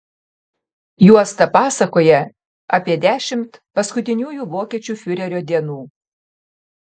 juosta pasakoja apie dešimt paskutiniųjų vokiečių fiurerio dienų